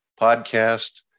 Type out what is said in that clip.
podcast